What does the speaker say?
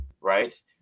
right